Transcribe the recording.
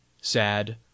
sad